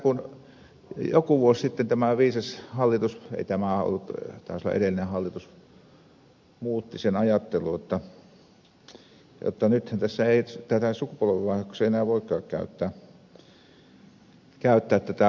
sitten joku vuosi sitten tämä viisas hallitus ei tämä ollut taisi olla edellinen hallitus muutti sen ajattelun jotta nythän tässä luopumistukeen ei voikaan käyttää vuokrausvaihtoehtoa